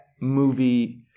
movie